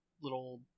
little